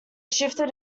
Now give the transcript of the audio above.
shifted